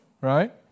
right